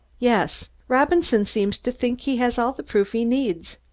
yes. robinson seems to think he has all the proof he needs.